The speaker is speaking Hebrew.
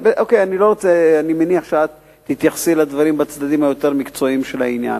אני מניח שתתייחסי לדברים בצדדים היותר מקצועיים של העניין,